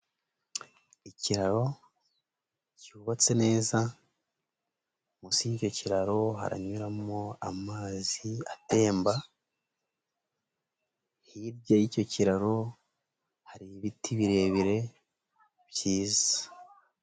Ikiraro cyubatse neza, munsi y'icyo kiraro haranyuramo amazi atemba, hirya y'icyo kiraro hari ibiti birebire byiza.